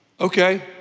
okay